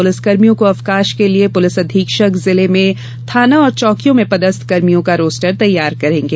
पुलिसकर्मियों को अवकाश के लिये पुलिस अधिक्षक जिले में थाना और चौकियों में पदस्थ कर्मियों का रोस्टर तैयार करेंगे